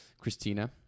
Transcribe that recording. Christina